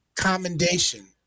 commendation